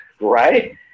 right